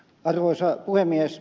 arvoisa puhemies